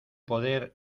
poder